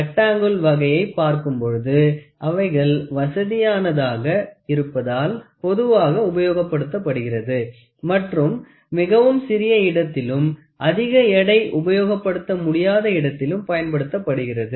rectangle வகையை பார்க்கும் பொழுது அவைகள் வசதியானதாக இருப்பதால் பொதுவாக உபயோகப்படுத்தப்படுகிறது மற்றும் மிகவும் சிறிய இடத்திலும் அதிக எடை உபயோகப்படுத்த முடியாத இடத்திலும் பயன்படுத்தப்படுகிறது